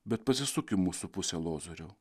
bet pasisuk į mūsų pusę lozoriau